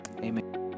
Amen